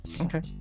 Okay